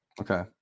Okay